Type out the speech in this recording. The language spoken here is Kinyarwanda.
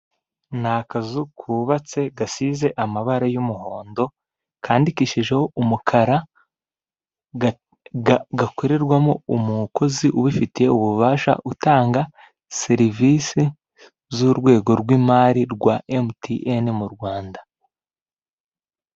Ni akazu kubatse gasize amabara y'umuhondo kandikishijeho umukara gakorerwamo umukozi ubifitiye ububasha utanga serivisi z'urwego rw'imari rwa emutiyeni mu Rwanda.